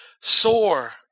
sore